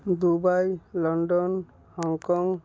Dubai London Hong Kong